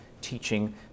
teaching